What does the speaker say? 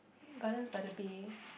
Gardens-by-the-Bay